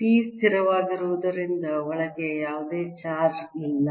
P ಸ್ಥಿರವಾಗಿರುವುದರಿಂದ ಒಳಗೆ ಯಾವುದೇ ಚಾರ್ಜ್ ಇಲ್ಲ